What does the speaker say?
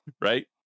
Right